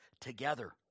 together